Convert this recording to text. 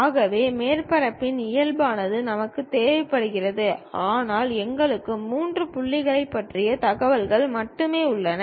ஆகவே மேற்பரப்பின் இயல்பானது நமக்குத் தேவைப்படுகிறது ஆனால் எங்களுக்கு மூன்று புள்ளிகள் பற்றிய தகவல்கள் மட்டுமே உள்ளன